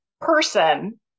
person